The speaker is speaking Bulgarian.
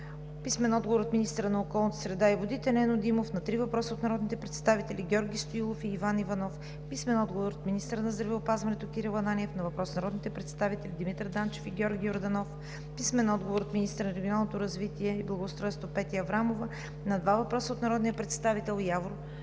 Димов Иванов; - министъра на околната среда и водите Нено Димов на три въпроса от народните представители Георги Стоилов и Иван Димов Иванов; - министъра на здравеопазването Кирил Ананиев на въпрос от народните представители Димитър Данчев и Георги Йорданов; - министъра на регионалното развитие и благоустройството Петя Аврамова на два въпроса от народния представител Явор